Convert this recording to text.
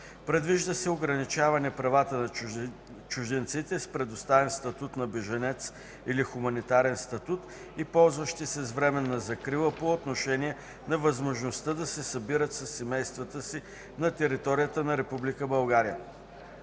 Предвижда се ограничаване правата на чужденците с предоставен статут на бежанец или хуманитарен статут и ползващи се с временна закрила по отношение на възможността да се събират със семействата си на територията на Република